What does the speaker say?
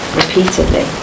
repeatedly